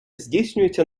здійснюється